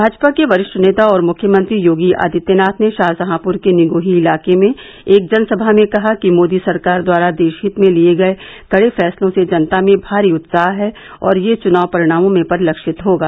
भाजपा के वरिष्ठ नेता और मुख्यमंत्री योगी आदित्यनाथ ने शाहजहांपुर के निगोही इलाके में एक जनसभा में कहा कि मोदी सरकार द्वारा देशहित में लिये गये कड़े फैंसलों से जनता में भारी उत्साह है और यह चुनाव परिणामों में परिलक्षित होगा